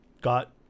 got